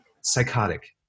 Psychotic